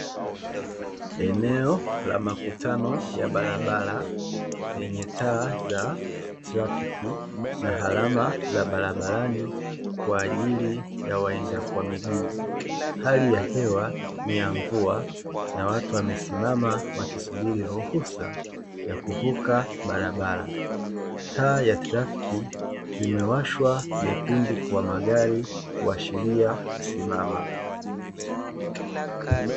Eneo la makutano ya barabara yenye taa za trafiki na alamaama za barabarani kwa ajili ya waenda kwa miguu hali ya hewa ni ya mvua na watu wamesimama wakisubiri ruhusa ya kuvuka barabara taa ya trafiki zimewashwa nyekundu kwa magari kuashiria kusimama.